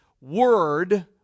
word